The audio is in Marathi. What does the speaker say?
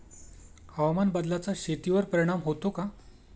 हवामान बदलाचा शेतीवर परिणाम होतो का?